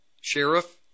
sheriff